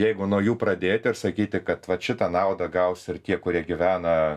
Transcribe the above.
jeigu nuo jų pradėti ir sakyti kad vat šitą naudą gausi ir tie kurie gyvena